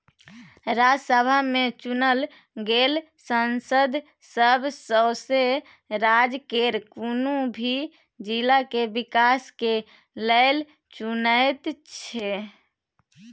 राज्यसभा में चुनल गेल सांसद सब सौसें राज्य केर कुनु भी जिला के विकास के लेल चुनैत छै